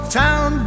town